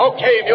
Okay